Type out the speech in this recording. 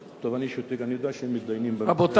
טוב, אני שותק, אני יודע שהם מתדיינים, רבותי.